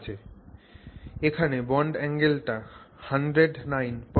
সুতরাং এখানে bond angle টা 1095o